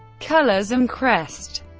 colours and crest